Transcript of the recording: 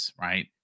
right